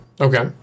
Okay